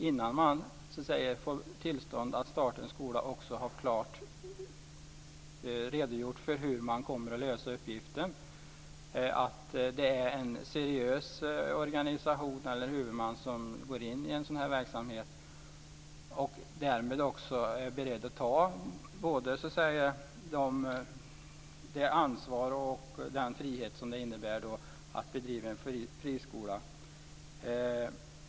Innan man får tillstånd att starta en skolan ska man klart ha redogjort för hur man kommer att lösa uppgiften. Det ska vara en seriös organisation eller huvudman som går in i verksamheten och som är beredd att ta det ansvar under den frihet som det innebär att bedriva en friskola.